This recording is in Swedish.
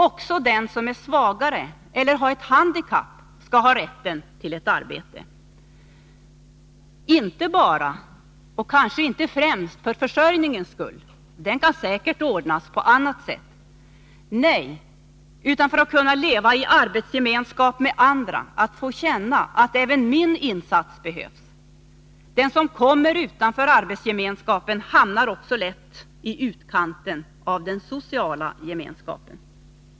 Också den som är svagare eller som har ett handikapp skall ha rätt till ett arbete — inte bara och kanske inte främst för försörjningens skull. Den kan säkert ordnas på annat sätt. Nej, det är för att kunna leva i arbetsgemenskap med andra, att få känna att även min insats behövs. Den som kommer utanför arbetsgemenskapen hamnar också lätt i utkanten av den sociala gemenskapen.